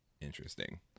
interesting